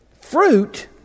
Fruit